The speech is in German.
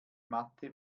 matte